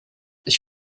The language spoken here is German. ich